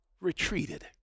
retreated